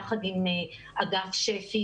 יחד עם אגף שפ"י,